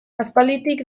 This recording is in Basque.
aspalditik